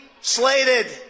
slated